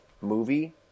movie